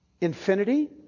Infinity